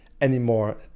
anymore